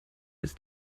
ist